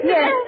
Yes